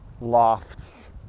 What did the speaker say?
lofts